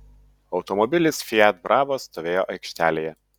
automobilis fiat bravo stovėjo aikštelėje